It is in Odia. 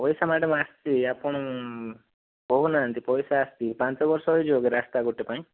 ପଇସା ମ୍ୟାଡ଼ାମ ଆସିଛି ଆପଣ କହୁନାହାନ୍ତି ପଇସା ଆସିଛି ପାଞ୍ଚ ବର୍ଷ ହୋଇଯିବକି ରାସ୍ତା ଗୋଟେ ପାଇଁ